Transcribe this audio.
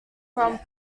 from